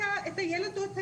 עד כיתה י' הילד לא